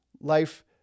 life